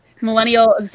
millennial